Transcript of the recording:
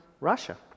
Russia